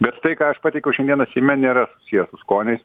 bet tai ką aš patikau šiandieną seime nėra susiję su skoniais